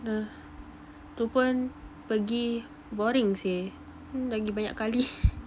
uh tu pun pergi boring seh pergi banyak kali